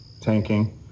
tanking